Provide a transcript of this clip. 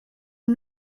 and